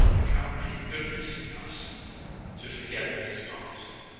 you cannot make it goodness in us to forget what is past.